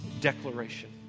Declaration